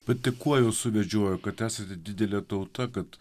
bet tai kuo jus suvedžiojo kad esate didelė tauta kad